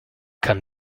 kann